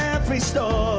every store